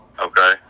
Okay